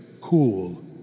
cool